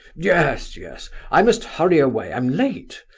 yes, yes i must hurry away, i'm late!